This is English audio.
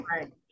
Right